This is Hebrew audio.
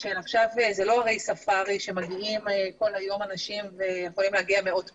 זה לא הרי ספארי שמגיעים כל היום אנשים ויכולים להגיע מאות ביום,